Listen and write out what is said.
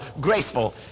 graceful